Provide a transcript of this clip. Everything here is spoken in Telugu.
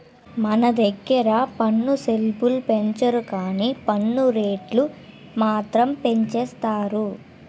మన దగ్గిర పన్ను స్లేబులు పెంచరు గానీ పన్ను రేట్లు మాత్రం పెంచేసారు